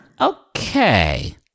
Okay